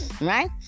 right